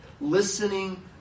listening